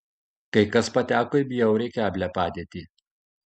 kai kas pateko į bjauriai keblią padėtį